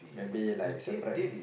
maybe like separate